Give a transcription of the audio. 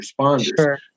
responders